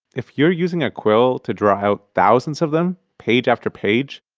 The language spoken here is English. if you're using a quill to draw out thousands of them, page after page,